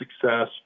success